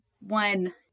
one